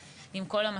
עם כל החדשנות,